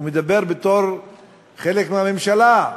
הוא מדבר בתור חלק מהממשלה.